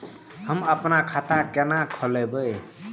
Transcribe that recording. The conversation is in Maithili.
हम अपन खाता केना खोलैब?